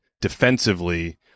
defensively